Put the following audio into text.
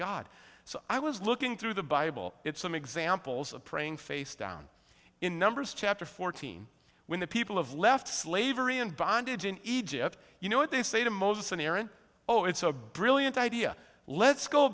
god so i was looking through the bible it's some examples of praying face down in numbers chapter fourteen when the people of left slavery and bondage in egypt you know what they say to moses and aaron oh it's a brilliant idea let's go